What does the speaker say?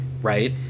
right